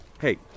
Hey